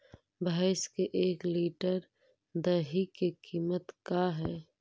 भैंस के एक लीटर दही के कीमत का है?